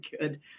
good